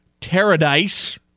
Paradise